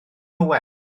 owen